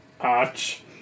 arch